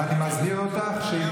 אני מזהיר אותך שאם,